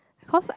cause I